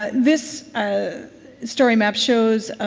ah this ah story map shows